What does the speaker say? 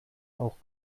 auch